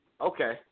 Okay